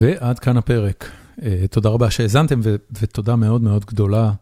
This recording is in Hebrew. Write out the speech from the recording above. ועד כאן הפרק, תודה רבה שהאזנתם ותודה מאוד מאוד גדולה.